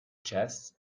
chess